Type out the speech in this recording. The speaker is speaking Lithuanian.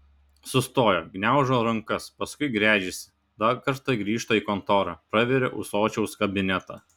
sustoja gniaužo rankas paskui gręžiasi dar kartą grįžta į kontorą praveria ūsočiaus kabinetą